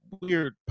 weird